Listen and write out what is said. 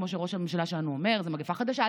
כמו שראש הממשלה שלנו אומר: זו מגפה חדשה,